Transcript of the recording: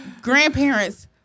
grandparents